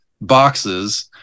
boxes